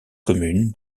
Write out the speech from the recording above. commune